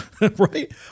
Right